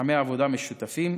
מתחמי עבודה משותפים,